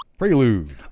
Prelude